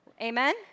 Amen